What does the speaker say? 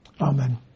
Amen